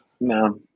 No